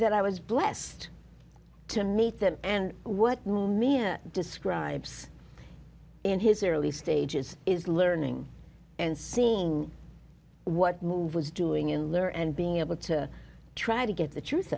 that i was blessed to meet them and what rumi a describes in his early stages is learning and seeing what move was doing you learn and being able to try to get the truth